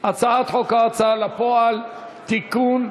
הצעת חוק ההוצאה לפועל (תיקון,